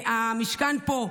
המשכן פה,